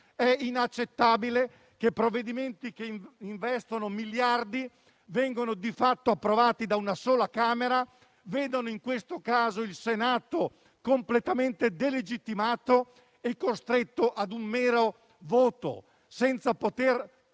È inaccettabile che provvedimenti che investono miliardi vengano di fatto approvati da una sola Camera, che vedano in questo caso il Senato completamente delegittimato e costretto a un mero voto, senza poter